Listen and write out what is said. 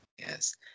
Yes